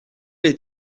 les